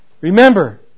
Remember